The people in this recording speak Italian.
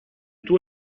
tuo